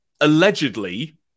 allegedly